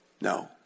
No